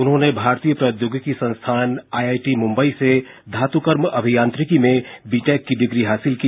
उन्होंने भारतीय प्रौद्योगिकी संस्थान आईआईटी मुम्बईसे धातुकर्म अभियांत्रिकी में बीटेक की डिग्री हासिल की